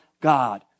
God